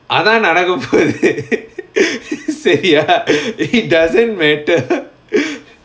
அதா நடக்கபோது:atha nadakapothu சரியா:sariyaa it doesn't matter